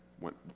went